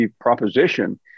proposition